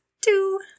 Two